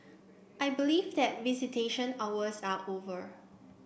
I believe that visitation hours are over